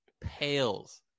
Pales